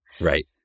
Right